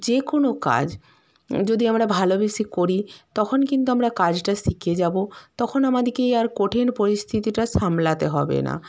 যে কোন কাজ যদি আমরা ভালোবেসে করি তখন কিন্তু আমরা কাজটা শিখে যাব তখন আমাদেকে আর কঠিন পরিস্থিতিটা সামলাতে হবে না